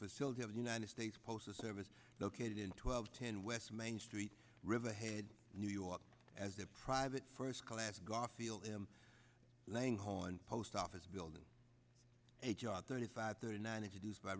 facility of the united states postal service located in twelve ten west main street riverhead new york as the private first class garfield langhorne post office building a job thirty five thirty nine introduced by